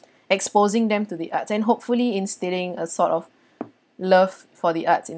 exposing them to the arts and hopefully instating a sort of love for the arts